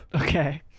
Okay